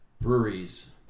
breweries